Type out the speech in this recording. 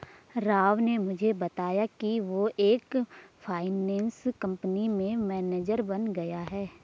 राव ने मुझे बताया कि वो एक फाइनेंस कंपनी में मैनेजर बन गया है